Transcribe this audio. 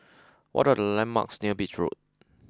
what are the landmarks near Beach Road